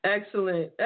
Excellent